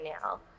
now